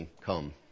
come